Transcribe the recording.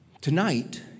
Tonight